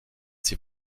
sie